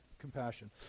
compassion